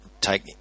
take